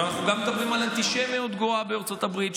אנחנו גם מדברים על אנטישמיות גואה בארצות הברית,